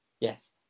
yes